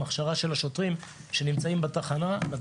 ועם שוטרים שנמצאים בתחנה והוכשרו לכך כדי